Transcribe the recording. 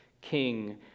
king